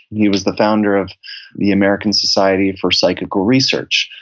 he was the founder of the american society for psychical research,